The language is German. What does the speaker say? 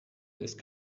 ist